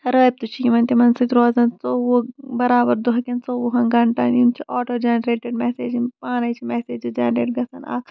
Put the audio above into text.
رٲبطہٕ چھ یِمن تِمن سۭتۍ روزان ژۄوُہ برابر دۄہ کین ژۄوُہن گنٹن یِم چھِ آٹو جینریٹِڈ میسیجن یِم پانے چھِ میسیجہِ جینریٹ گژھان